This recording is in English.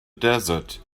desert